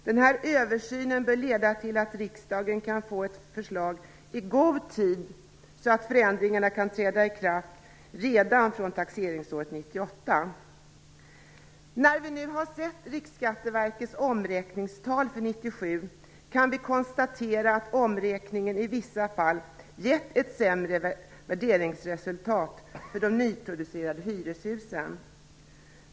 Den här översynen bör leda till att riksdagen kan få ett förslag i god tid, så att förändringarna kan träda i kraft redan från taxeringsåret När vi nu har sett Riksskatteverkets omräkningstal för 1997 kan vi konstatera att omräkningen i vissa fall gett ett sämre värderingsresultat för de nyproducerade hyreshusen.